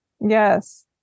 Yes